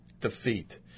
defeat